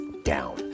Down